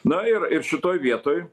na ir ir šitoj vietoj